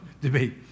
debate